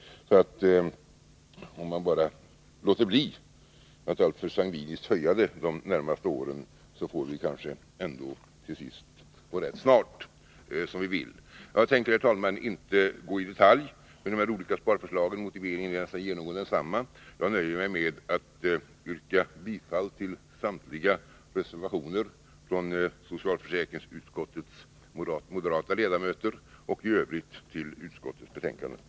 Låter man alltså bara bli att alltför sangviniskt företa höjningar under de närmaste åren, får vi kanske till sist, och det rätt snart, som vi vill. Jag tänker, herr talman, inte gå in på detaljer — motiveringen är beträffande de här sparförslagen nästan genomgående densamma — utan nöjer mig med att yrka bifall till samtliga reservationer från socialförsäkringsutskottets moderata ledamöter och i övrigt till utskottets hemställan.